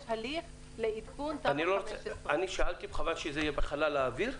יש הליך לאבחון תמ"א 15. אני שאלתי וחבל שזה יהיה בחלל האוויר.